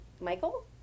Michael